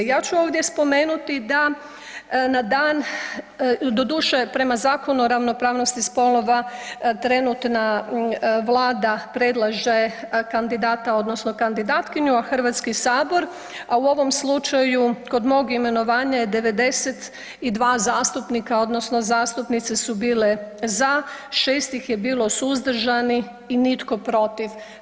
Ja ću ovdje spomenuti da na dan doduše prema Zakonu o ravnopravnosti spolova trenutna Vlada predlaže kandidata odnosno kandidatkinju Hrvatski sabor, a u ovom slučaju kod mog imenovanja je 92 zastupnika odnosno zastupnice su bile za, 6 ih je bilo suzdržanih i nitko protiv.